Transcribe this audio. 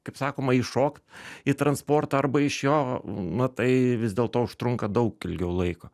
kaip sakoma įšokt į transportą arba iš jo na tai vis dėlto užtrunka daug ilgiau laiko